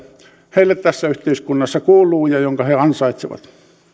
heille tässä yhteiskunnassa kuuluu ja jonka he ansaitsevat